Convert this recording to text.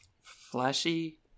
Flashy